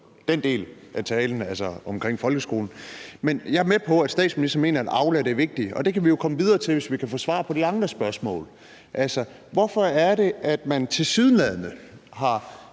den del af talen, altså om folkeskolen. Men jeg er med på, at statsministeren mener, at Aula er det vigtige, og det kan vi jo komme videre til, hvis vi kan få svar på de andre spørgsmål. Hvorfor er det, at man tilsyneladende har